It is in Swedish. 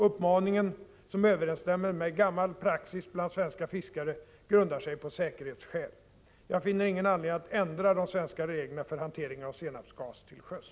Uppmaningen, som överensstämmer med gammal praxis bland svenska fiskare, grundar sig på säkerhetsskäl. Jag finner ingen anledning att ändra de svenska reglerna för hantering av senapsgas till sjöss.